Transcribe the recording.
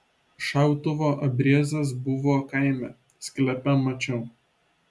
šautuvo abriezas buvo kaime sklepe mačiau